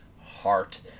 heart